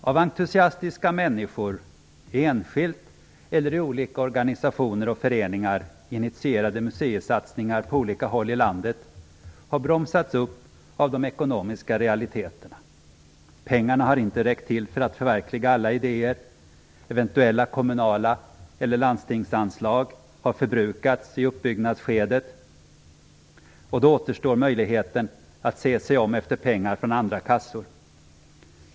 Av entusiastiska människor - enskilt eller i olika organisationer och föreningar - initierade museisatsningar på olika håll i landet har bromsats upp av de ekonomiska realiteterna. Pengarna har inte räckt för att förverkliga alla idéer. Eventuella kommunala eller landstingskommunala anslag har förbrukats i uppbyggnadsskedet. Då återstår möjligheten att se sig om efter pengar från andra kassor.